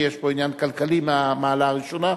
ותועבר לוועדת הכלכלה על מנת להכינה לקריאה ראשונה.